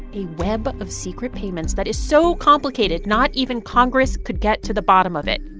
a web of secret payments that is so complicated not even congress could get to the bottom of it.